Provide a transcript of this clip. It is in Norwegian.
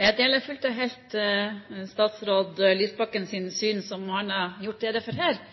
Jeg deler fullt og helt statsråd Lysbakkens syn, som han har gjort rede for her. Når jeg velger å bruke muligheten til å ta replikk, er det for